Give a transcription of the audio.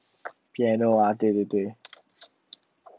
piano ah 对对对